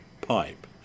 pipe